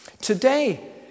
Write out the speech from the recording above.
Today